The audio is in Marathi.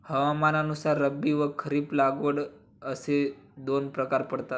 हवामानानुसार रब्बी व खरीप लागवड असे दोन प्रकार पडतात